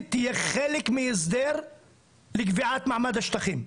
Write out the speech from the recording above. תהיה חלק מהסדר לקביעת מעמד השטחים.